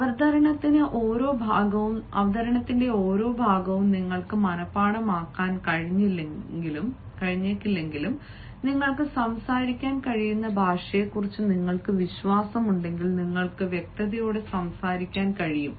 അവതരണത്തിന്റെ ഓരോ ഭാഗവും നിങ്ങൾക്ക് മനപാഠമാക്കാൻ കഴിഞ്ഞേക്കില്ലെങ്കിലും നിങ്ങൾക്ക് സംസാരിക്കാൻ കഴിയുന്ന ഭാഷയെക്കുറിച്ച് നിങ്ങൾക്ക് വിശ്വാസമുണ്ടെങ്കിൽ നിങ്ങൾക്ക് വ്യക്തതയോടെ സംസാരിക്കാൻ കഴിയും